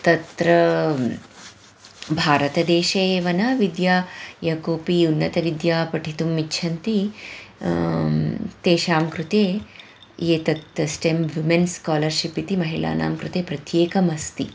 तत्र भारतदेशे एव न विद्या यत्कोपि उन्नतविद्या पठितुम् इच्छन्ति तेषां कृते एतत् स्टेम् विमेन्स् स्कालर्शिप् इति महिलानां कृते प्रत्येकमस्ति